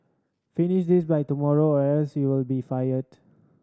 finish this by tomorrow or else you'll be fired